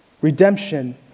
Redemption